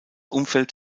umfeld